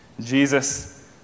Jesus